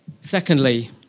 Secondly